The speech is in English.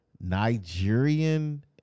Nigerian